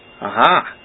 Aha